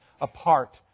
apart